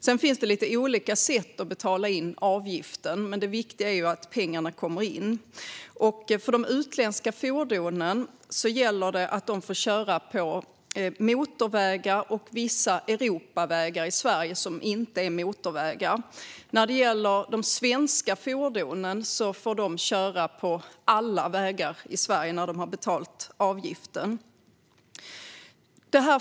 Det finns lite olika sätt att betala in avgiften, men det viktiga är att pengarna kommer in. För de utländska fordonen gäller att de får köra på motorvägar och vissa Europavägar i Sverige som inte är motorvägar. De svenska fordonen får när de har betalat avgiften köra på alla vägar i Sverige.